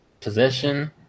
Position